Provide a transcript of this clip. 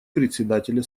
председателя